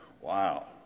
wow